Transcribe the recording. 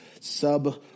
sub